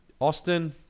Austin